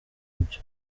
ibyo